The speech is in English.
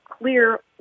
Clear